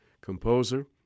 composer